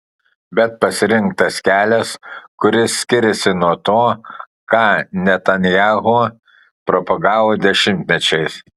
bet pasirinktas kelias kuris skiriasi nuo to ką netanyahu propagavo dešimtmečiais